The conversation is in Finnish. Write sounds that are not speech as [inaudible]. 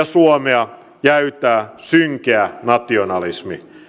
[unintelligible] suomea jäytää synkeä nationalismi